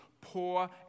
poor